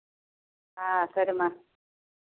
సరే అమ్మ